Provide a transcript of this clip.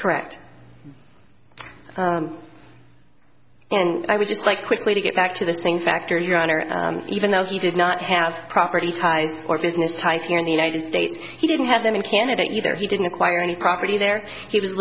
correct and i would just like quickly to get back to the same factor your honor even though he did not have property ties or business ties here in the united states he didn't have them in canada either he didn't acquire any property there he was